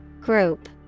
Group